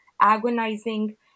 agonizing